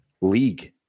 league